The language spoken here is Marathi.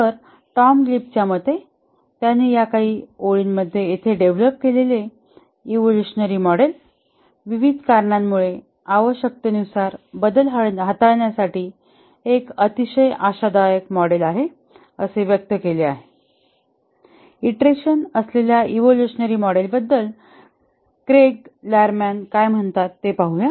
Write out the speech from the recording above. तर टॉम गिलिबच्या मते त्याने या काही ओळींमध्ये येथे डेव्हलप केलेले इवोल्युशनरी मॉडेल विविध कारणांमुळे आवश्यकतेनुसार बदल हाताळण्यासाठी एक अतिशय आशादायक मॉडेल आहे व्यक्त केले आहे ईंटरेशन असलेल्या इवोल्युशनरी मॉडेलबद्दल क्रेग लॅरमन काय म्हणतात ते पाहूया